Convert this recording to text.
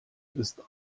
ist